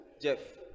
Jeff